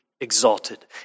exalted